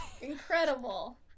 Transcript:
incredible